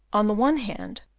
on the one hand,